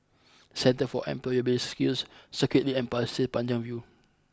Centre for Employability Skills Circuit Link and Pasir Panjang View